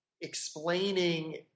explaining